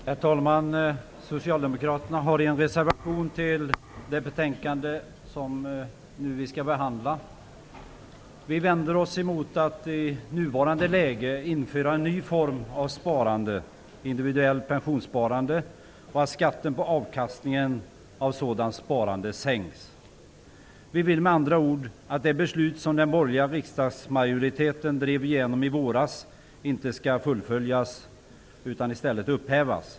Herr talman! Socialdemokraterna har en reservation till det betänkande som vi nu skall behandla. Vi vänder oss emot att i nuvarande läge införa en ny form av sparande -- individuellt pensionssparande -- och att skatten på avkastningen av sådant sparande sänks. Vi vill med andra ord att det beslut som den borgerliga riksdagsmajoriteten drev igenom i våras inte skall fullföljas utan i stället upphävas.